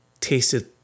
tasted